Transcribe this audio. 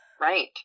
Right